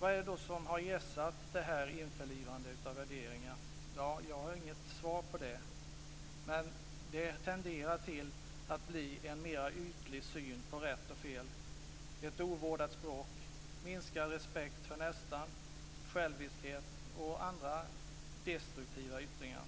Vad är det då som har lett till detta införlivande av värderingar? Jag har inget svar. Men det tenderar till att bli en mer ytlig syn på rätt och fel, ett ovårdat språk, minskad respekt för nästan, själviskhet och andra destruktiva yttringar.